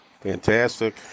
Fantastic